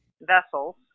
vessels